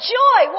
joy